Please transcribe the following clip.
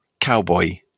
cowboy